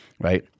Right